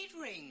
ring